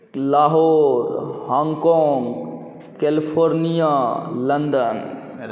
Lahore Hong Kong California London